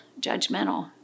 judgmental